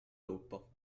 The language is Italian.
gruppo